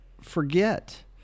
forget